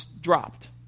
dropped